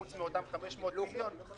חוץ מאותם 500 מיליון.